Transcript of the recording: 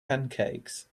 pancakes